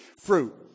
fruit